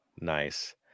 nice